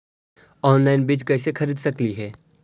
Online बीज कईसे खरीद सकली हे?